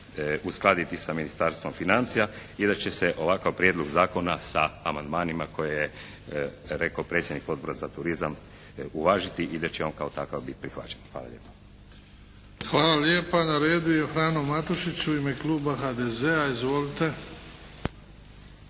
uskladiti sa Ministarstvom financija i da će se ovakav Prijedlog zakona sa amandmanima koje je rekao predsjednik Odbora za turizam uvažiti i da će on kao takav biti prihvaćen. Hvala lijepa. **Bebić, Luka (HDZ)** Hvala lijepa. Na redu je Frano Matušić u ime Kluba HDZ-a, izvolite.